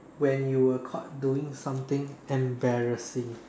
when you were caught doing something embarrassing